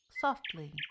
softly